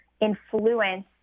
influence